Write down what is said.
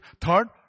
Third